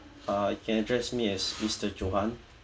uh you can address me as mister johan